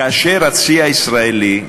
כאשר הצי הישראלי,